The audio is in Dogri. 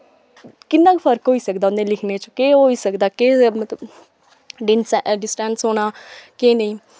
किन्ना क फर्क होई सकदा इं'दे लिखने च केह् होई सकदा केह् मतलब डिस डिसटेंस होना केह् नेईं